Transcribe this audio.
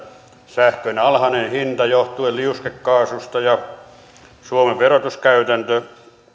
sähkön alhaista hintaa johtuen liuskekaasusta ja suomen verotuskäytäntöä